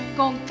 con